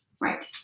right